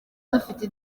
dufite